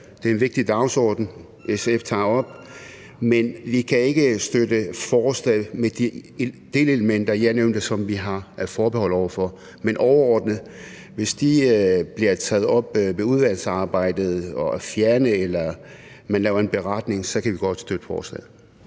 Det er en vigtig dagsorden, SF tager op, men vi kan ikke støtte forslaget med de delelementer, jeg nævnte, som vi har forbehold over for. Men hvis de bliver taget op i udvalgsarbejdet og fjernet eller man laver en beretning, kan vi godt støtte det.